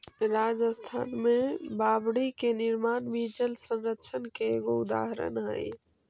राजस्थान में बावडि के निर्माण भी जलसंरक्षण के एगो उदाहरण हई